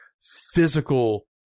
physical